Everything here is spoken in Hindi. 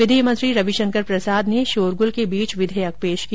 विधि मंत्री रविशंकर प्रसाद ने शोरगुल के बीच विधेयक पेश किया